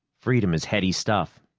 freedom is heady stuff,